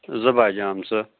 زٕ بَجیمژٕ